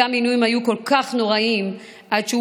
אותם עינויים היו כל כך נוראיים עד שהוא